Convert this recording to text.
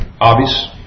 obvious